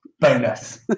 bonus